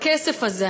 והכסף הזה,